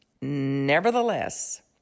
Nevertheless